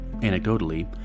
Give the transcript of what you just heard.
anecdotally